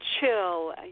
chill